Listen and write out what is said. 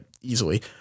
easily